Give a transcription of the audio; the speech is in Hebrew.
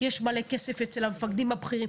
יש מלא כסף אצל המפקדים הבכירים.